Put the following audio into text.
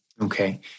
Okay